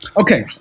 okay